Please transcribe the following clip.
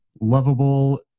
lovable